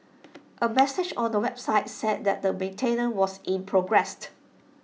A message on the website said that maintenance was in progressed